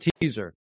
teaser